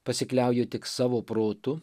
pasikliauju tik savo protu